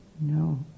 no